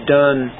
done